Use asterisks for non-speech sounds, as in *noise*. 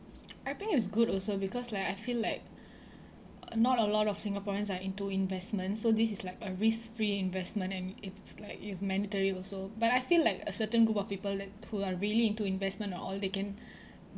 I think it's good also because like I feel like uh not a lot of singaporeans are into investment so this is like a risk-free investment and it's like it's mandatory also but I feel like a certain group of people that who are really into investment a~ all they can *breath*